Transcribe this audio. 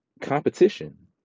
competition